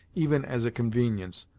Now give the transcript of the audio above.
even as a convenience.